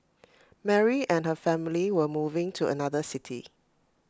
Mary and her family were moving to another city